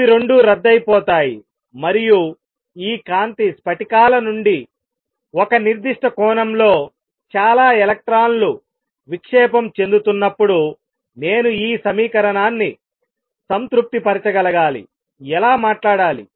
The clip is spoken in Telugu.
ఇవి రెండు రద్దయి పోతాయి మరియు ఈ కాంతి స్ఫటికాల నుండి ఒక నిర్దిష్ట కోణంలో చాలా ఎలక్ట్రాన్లు విక్షేపం చెందుతున్నప్పుడు నేను ఈ సమీకరణాన్ని సంతృప్తిపరచగలగాలిఎలా మాట్లాడాలి